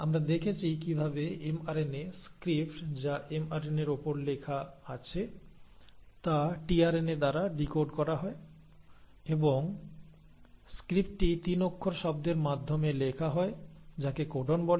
আমরা দেখেছি কিভাবে এমআরএনএ স্ক্রিপ্ট যা এমআরএনএ র উপর লেখা আছে তা টিআরএনএ দ্বারা ডিকোড করা হয় এবং স্ক্রিপ্টটি 3 অক্ষর শব্দের মাধ্যমে লেখা হয় যাকে কোডন বলে